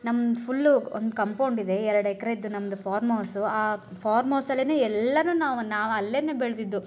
ನಮ್ದು ಫುಲ್ಲು ಒಂದು ಕಂಪೌಂಡ್ ಇದೆ ಎರಡು ಎಕ್ರೆದು ನಮ್ದು ಫಾರ್ಮ್ ಹೌಸು ಆ ಫಾರ್ಮ್ ಹೌಸಲ್ಲೇನೇ ಎಲ್ಲನೂ ನಾವು ನಾವು ಅಲ್ಲೇನೇ ಬೆಳೆದಿದ್ದು